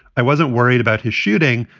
i wasn't worried about his shooting.